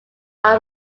are